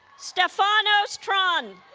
stefanos tran